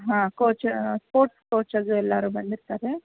ಹಾಂ coach sports coach ಅದು ಎಲ್ಲರು ಬಂದಿರ್ತಾರೆ